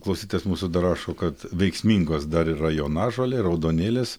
klausytojas mūsų dar rašo kad veiksmingos dar yra jonažolė raudonėlis